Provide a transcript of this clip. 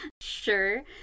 Sure